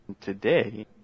Today